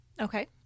Okay